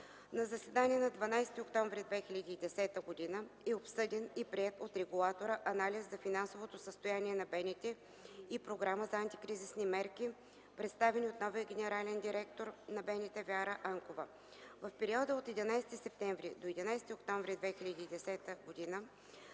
На заседание на 12 октомври 2010 г. е обсъден и приет от регулатора „Анализ за финансовото състояние на БНТ и програма за антикризисни мерки”, представени от новия генерален директор на БНТ Вяра Анкова. В периода от 11 септември до 11 октомври 2010 г.